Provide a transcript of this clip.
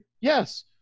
Yes